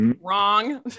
wrong